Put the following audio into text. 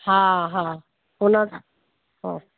हा हा हुन हा